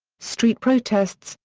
street protests,